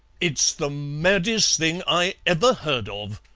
it's the maddest thing i ever heard of,